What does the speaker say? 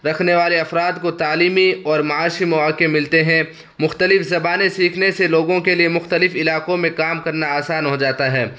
رکھنے والے افراد کو تعلیمی اور معاشی مواقع ملتے ہیں مختلف زبانیں سیکھنے سے لوگوں کے لیے مختلف علاقوں میں کام کرنا آسان ہو جاتا ہے